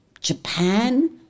Japan